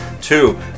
Two